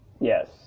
yes